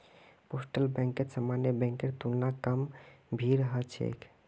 postal बैंकत सामान्य बैंकेर तुलना कम भीड़ ह छेक